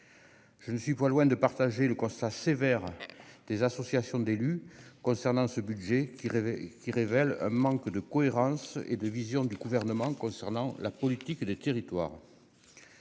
je ne suis pas loin de partager le constat sévère des associations d'élus concernant ce budget qui rêvait qui révèle un manque de cohérence et de vision du gouvernement concernant la politique des territoires.